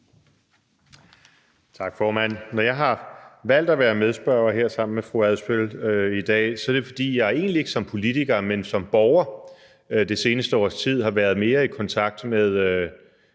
Tak, formand. Når jeg har valgt at være medspørger sammen med fru Karina Adsbøl her i dag, så er det, fordi jeg egentlig ikke som politiker, men som borger det seneste års tid har været mere i kontakt med